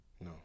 No